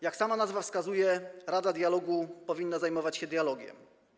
Jak sama nazwa wskazuje, rada dialogu powinna zajmować się dialogiem.